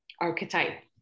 archetype